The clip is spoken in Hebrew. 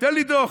תן לי דוח,